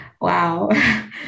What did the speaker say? wow